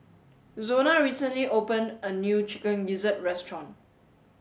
Zona recently opened a new chicken gizzard restaurant